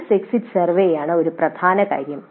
course exit സർവേയാണ് ഒരു പ്രധാന കാര്യം